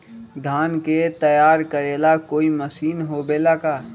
धान के तैयार करेला कोई मशीन होबेला का?